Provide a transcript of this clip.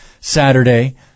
Saturday